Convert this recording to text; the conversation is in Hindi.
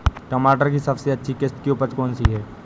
टमाटर की सबसे अच्छी किश्त की उपज कौन सी है?